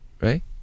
right